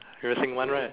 you were saying one right